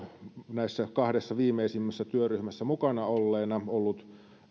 näissä kahdessa viimeisimmässä työryhmässä mukana olleena ollut